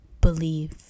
believe